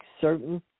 certain